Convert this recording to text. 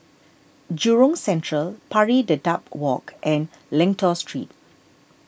Jurong Central Pari Dedap Walk and Lentor Street